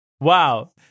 Wow